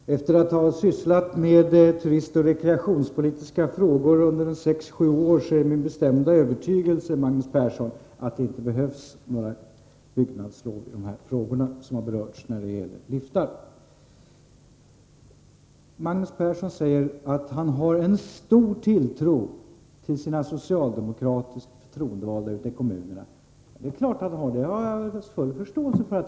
Herr talman! Efter att ha sysslat med turistoch rekreationspolitiska frågor under sex sju år hyser jag den bestämda övertygelsen, Magnus Persson, att det inte behövs några bygglov för liftar. Magnus Persson säger att han har en stor tilltro till de socialdemokratiska förtroendevalda ute i kommunerna. Det är klart att han har det, och det har jag full förståelse för.